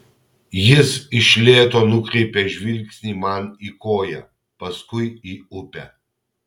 jis iš lėto nukreipia žvilgsnį man į koją paskui į upę